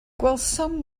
gwelsom